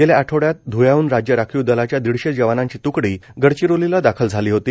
गेल्या आठवड्यात ध्ळ्याहन राज्य राखीव दलाच्या दीडशे जवानांची त्कडी गडचिरोलीला दाखल झाली होती